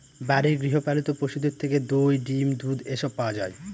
বাড়ির গৃহ পালিত পশুদের থেকে দই, ডিম, দুধ এসব পাওয়া যায়